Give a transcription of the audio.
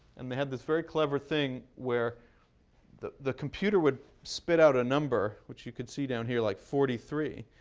and they have this very clever thing where the the computer would spit out a number, which you could see down here, like forty three.